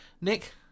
Nick